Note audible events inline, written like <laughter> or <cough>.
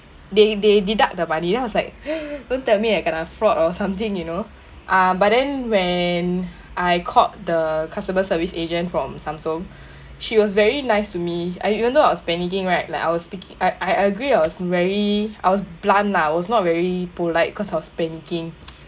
they they deduct the money then I was like <breath> don't tell me I kena fraud or something you know ah but then when I called the customer service agent from Samsung she was very nice to me I even though I was panicking right like I was speaking I I agree I was very I was blunt lah I was not very polite cause I was panicking